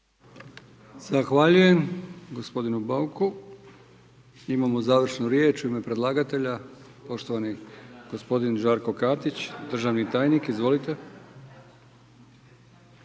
Zahvaljujem gospodinu Bauku, imamo završnu riječ, u ime predlagatelja, poštovani gospodin Žarko Katić, državni tajnik, izvolite.